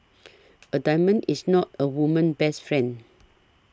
a diamond is not a woman's best friend